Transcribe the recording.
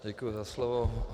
Děkuji za slovo.